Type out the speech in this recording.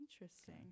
Interesting